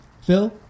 Phil